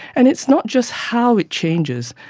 and it's not just how it changes,